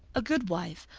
a good wife.